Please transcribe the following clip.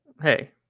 hey